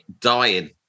dying